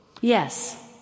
Yes